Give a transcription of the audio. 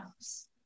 House